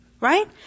Right